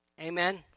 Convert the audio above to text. Amen